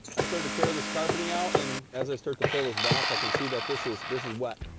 i started to tear this carpeting out, and as i start to pull this back, i can see that this is this is wet.